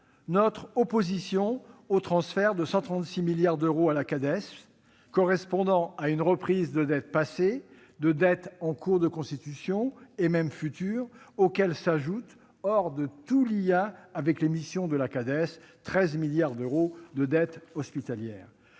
notre opposition au transfert de 136 milliards d'euros à la Cades, correspondant à une reprise de dettes passées, de dettes en cours de constitution et même futures, auxquelles s'ajoutent, hors de tout lien avec les missions de la Cades, 13 milliards d'euros de dette hospitalière.